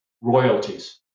royalties